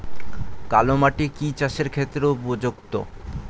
কালো মাটি কি চাষের ক্ষেত্রে উপযুক্ত?